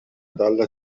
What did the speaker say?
dalla